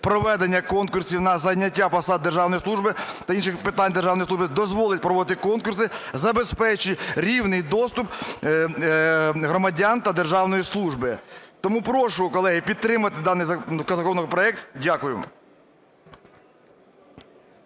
проведення конкурсів на зайняття посад державної служби та інших питань державної служби дозволить проводити конкурси, забезпечить рівний доступ громадян до державної служби. Тому прошу, колеги, підтримати даний законопроект. Дякую.